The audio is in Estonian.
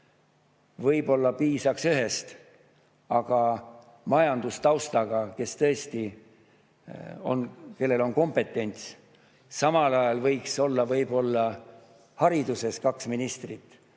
Võib-olla piisaks ühest, aga majandustaustaga, kellel oleks kompetents, samal ajal võiks olla võib-olla hariduses kaks ministrit.